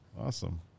Awesome